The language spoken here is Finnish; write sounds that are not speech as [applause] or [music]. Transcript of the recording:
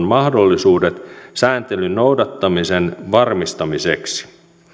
[unintelligible] mahdollisuudet sääntelyn noudattamisen varmistamiseksi